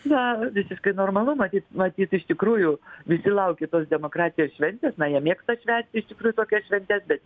na visiškai normalu matyt matyt iš tikrųjų visi laukė tos demokratijos šventės na jie mėgsta švęst iš tikrųjų tokias šventes bet